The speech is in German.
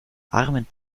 armen